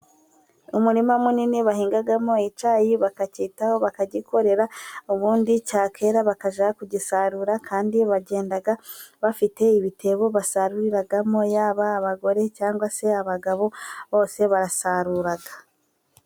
Umurima munini bahingamo icyayi bakacyitaho bakagikorera, ubundi cyakera bakaza kugisarura, kandi bagenda bafite ibitebo basaruriramo yaba abagore cyangwa se abagabo bose barasarura.